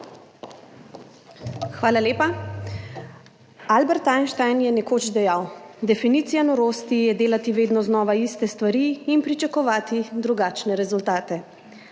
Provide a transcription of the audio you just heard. Hvala lepa. Albert Einstein je nekoč dejal: »Definicija norosti je delati vedno znova iste stvari in pričakovati drugačne rezultate.«